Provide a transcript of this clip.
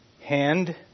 hand